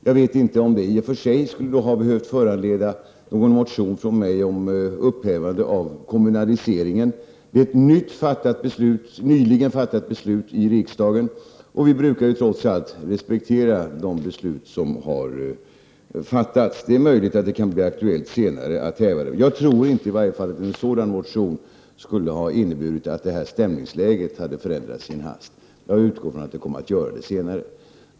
Jag vet inte om det i och för sig skulle behöva föranleda någon motion från mig om upphävande av kommunaliseringen. Det finns ett nyligen fattat beslut om detta i riksdagen. Vi brukar trots allt respektera de beslut som fattats. Det är möjligt att det kan bli aktuellt att senare häva beslutet. Jag tror inte att en sådan motion hade inneburit att stämningsläget hade förändrats i en hast. Jag utgår från att det kommer att förändras senare.